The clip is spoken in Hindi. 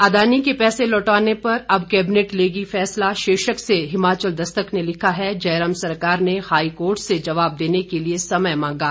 अदानी के पैसे लौटाने पर अब कैबिनेट लेगी फैसला शीर्षक से हिमाचल दस्तक ने लिखा है जयराम सरकार ने हाईकोर्ट से जवाब देने के लिए समय मांगा